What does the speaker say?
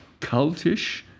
cultish